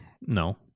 No